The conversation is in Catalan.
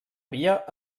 via